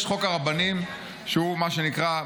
יש חוק הרבנים שהוא מה שנקרא,